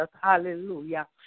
Hallelujah